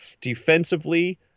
Defensively